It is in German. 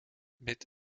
mit